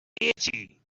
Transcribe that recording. itchy